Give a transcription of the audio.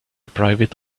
private